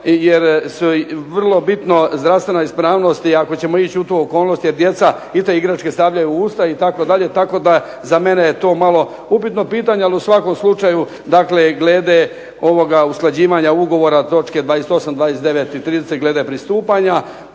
jer je vrlo bitna zdravstvena ispravnost i ako ćemo ići u tu okolnost, jer i djeca i te igračke stavljaju u usta, tako da za mene je to malo upitno pitanje, ali u svakom slučaju, dakle, glede ovoga usklađivanja ugovora točke 28., 299. i 30 glede pristupanja,